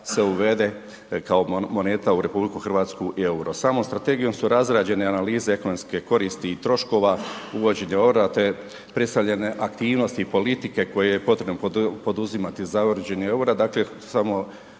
uvede kao moneta u RH i EUR-o, samom strategijom su razrađene analize ekonomske koristi i troškova uvođenja EUR-a, te predstavljene aktivnosti i politike koje je potrebno poduzimati za uvođenje EUR-a, dakle samo